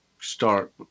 start